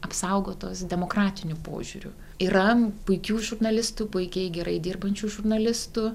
apsaugotos demokratiniu požiūriu yra puikių žurnalistų puikiai gerai dirbančių žurnalistų